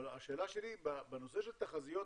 בנושא של התחזיות,